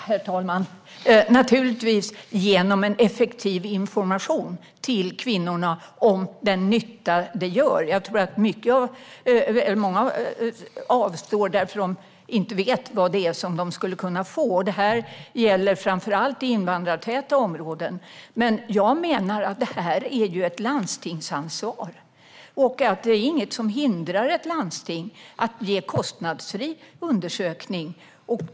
Herr talman! Det ska naturligtvis ske genom en effektiv information till kvinnorna om den nytta detta gör. Jag tror att många avstår eftersom de inte vet vad de skulle kunna få. Det gäller framför allt i invandrartäta områden. Men jag menar att detta är ett landstingsansvar. Det är inget som hindrar ett landsting att göra kostnadsfria undersökningar.